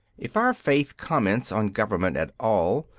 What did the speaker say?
if our faith comments on government at all,